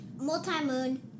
multi-moon